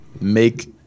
Make